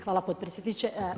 Hvala potpredsjedniče.